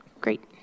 great